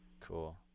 Cool